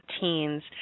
teens